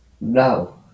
No